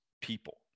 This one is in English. people